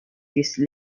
use